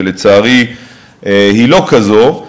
ולצערי היא לא כזאת,